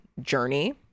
journey